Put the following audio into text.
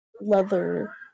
leather